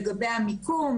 לגבי המיקום,